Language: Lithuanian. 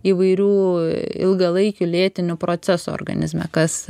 įvairių ilgalaikių lėtinių procesų organizme kas